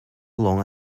long